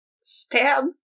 Stab